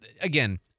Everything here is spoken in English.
again